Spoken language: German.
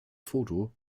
foto